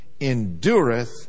endureth